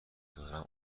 دارم